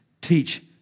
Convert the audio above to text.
teach